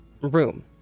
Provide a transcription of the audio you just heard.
room